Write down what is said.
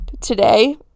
today